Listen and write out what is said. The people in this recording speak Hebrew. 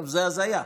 זו הזיה.